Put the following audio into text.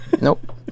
nope